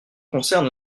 concerne